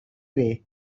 way